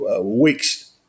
weeks